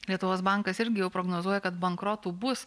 lietuvos bankas irgi jau prognozuoja kad bankrotų bus